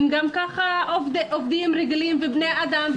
הם גם ככה עובדים רגילים ובני אדם,